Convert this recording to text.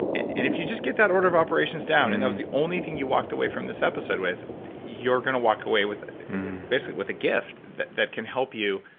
and if you just get that order of operations down and that was the only thing you walked away from this episode with, you're going to walk away basically with a gift that that can help you.